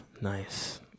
Nice